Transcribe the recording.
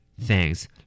Thanks